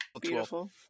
beautiful